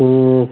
ठीक